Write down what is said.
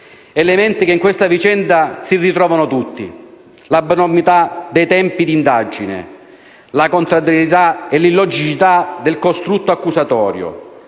Elementi che in questa vicenda si ritrovano tutti: l'abnormità dei tempi di indagine, la contraddittorietà e l'illogicità del costrutto accusatorio,